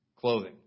clothing